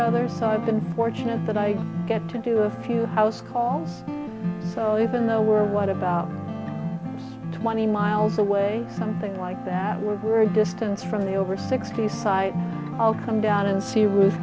other so i've been fortunate that i get to do a few house calls so even though we're what about twenty miles away something like that were distance from the over sixty site i'll come down and see